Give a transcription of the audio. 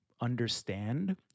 understand